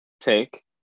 take